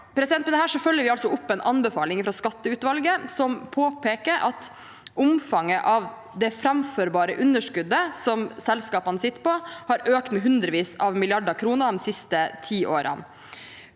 Med dette følger vi opp en anbefaling fra skatteutvalget, som påpeker at omfanget av det framførbare underskuddet som selskapene sitter på, har økt med hundrevis av milliarder kroner de siste ti årene.